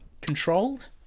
controlled